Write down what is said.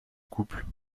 couple